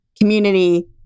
community